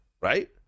right